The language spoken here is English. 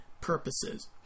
purposes